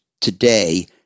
today